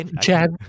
Chad